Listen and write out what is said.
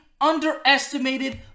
underestimated